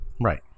Right